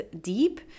deep